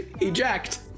eject